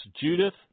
Judith